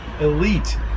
elite